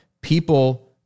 people